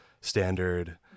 standard